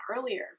earlier